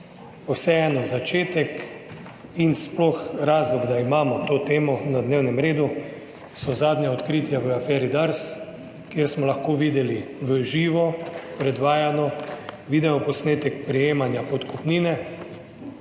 vseeno začetek in sploh razlog, da imamo to temo na dnevnem redu so zadnja odkritja v aferi Dars, kjer smo lahko videli v živo predvajano video posnetek prejemanja podkupnine